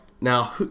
now